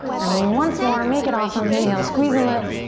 and once more, make it awesome. inhale, squeeze and lift.